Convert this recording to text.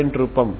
cos nLx